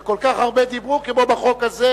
הסדרים שכל כך הרבה דיברו כמו בחוק הזה,